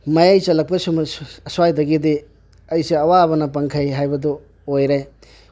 ꯃꯌꯥꯏ ꯆꯟꯂꯛꯄ ꯑꯁ꯭ꯋꯥꯏꯗꯒꯤꯗꯤ ꯑꯩꯁꯦ ꯑꯋꯥꯕꯅ ꯄꯟꯈꯩ ꯍꯥꯏꯕꯗꯣ ꯑꯣꯏꯔꯦ